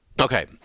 Okay